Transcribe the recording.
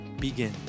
begin